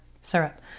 syrup